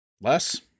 Less